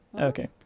okay